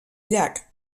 llac